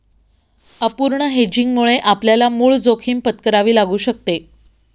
अपूर्ण हेजिंगमुळे आपल्याला मूळ जोखीम पत्करावी लागू शकते